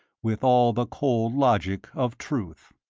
with all the cold logic of truth.